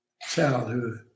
childhood